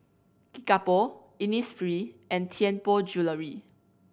Kickapoo Innisfree and Tianpo Jewellery